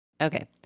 Okay